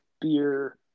beer